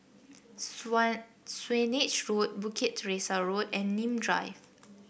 Swanage Road Bukit Teresa Road and Nim Drive